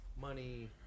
money